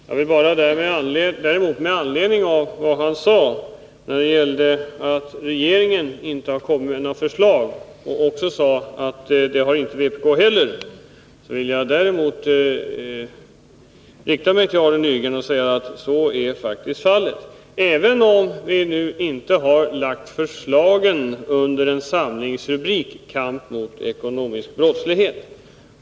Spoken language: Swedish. Jag vill däremot, med anledning av att han sade att regeringen inte har kommit med några förslag och att inte heller vpk har gjort det, rikta mig till Arne Nygren och säga att vi faktiskt har gjort det, även om vi nu inte har lagt fram förslagen under samlingsrubriken Kamp mot ekonomisk brottslighet.